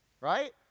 Right